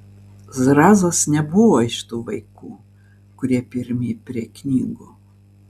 zrazas nebuvo iš tų vaikų kurie pirmi prie knygų